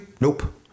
Nope